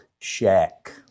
Shack